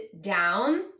down